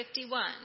51